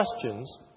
questions